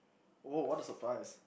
oh what a surprise